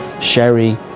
sherry